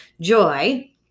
Joy